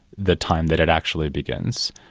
the time that it actually begins.